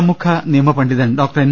പ്രമുഖ നിയമപണ്ഡിതൻ doctor N